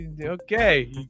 okay